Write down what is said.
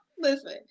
listen